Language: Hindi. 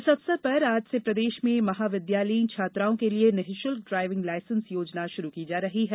इस अवसर पर आज से प्रदेश में महाविद्यालयीन छात्राओं के लिए निशुल्क ड्राइविंग लायसेंस योजना शुरू की जा रही है